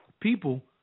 people